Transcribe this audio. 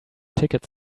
tickets